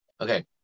Okay